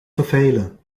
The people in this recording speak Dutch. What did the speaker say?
vervelen